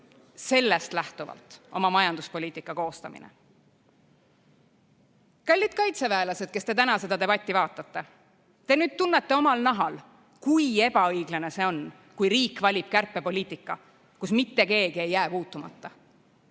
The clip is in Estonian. sellest lähtuvalt oma majanduspoliitika koostamine. Kallid kaitseväelased, kes te täna seda debatti vaatate! Te tunnete nüüd omal nahal, kui ebaõiglane see on, kui riik valib kärpepoliitika, millest mitte keegi ei jää puutumata.